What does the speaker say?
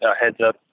heads-up